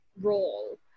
role